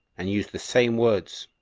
and used the same words,